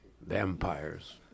vampires